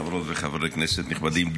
חברות וחברי כנסת נכבדים,